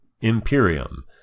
Imperium